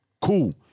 Cool